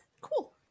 cool